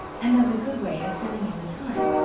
and as a good way of filling in the time.